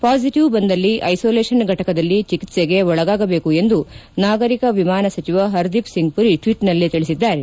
positive ಬಂದಲ್ಲಿ isolation ಘಟಕದಲ್ಲಿ ಚಿಕಿತ್ಸೆಗೆ ಒಳಗಾಗಬೇಕು ಎಂದು ನಾಗರಿಕ ವಿಮಾನ ಸಚಿವ ಹರ್ದೀಪ್ಸಿಂಗ್ಪುರಿ ಟ್ವೀಟ್ನಲ್ಲಿ ತಿಳಿಸಿದ್ದಾರೆ